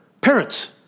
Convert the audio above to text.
Parents